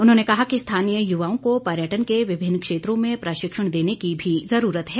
उन्होंने कहा कि स्थानीय युवाओं को पर्यटन के विभिन्न क्षेत्रों में प्रशिक्षण देने की भी जरूरत है